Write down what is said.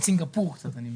את סינגפור אני קצת מכיר.